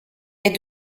est